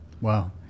Wow